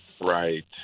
Right